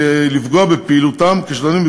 בפעילותם כשדלנים,